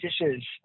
dishes